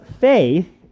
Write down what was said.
faith